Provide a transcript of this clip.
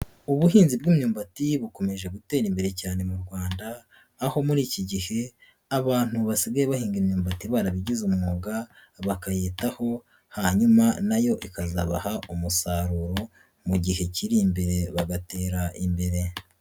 Ubuhinzi bw'imyumbati bukomeje gutera imbere cyane mu Rwanda, aho muri iki gihe, abantu basigaye bahinga imyumbati barabigize umwuga, bakayitaho hanyuma nayo ikazabaha umusaruro mu gihe kiri imbere bagatera imbere.